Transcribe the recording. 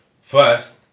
first